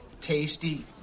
tasty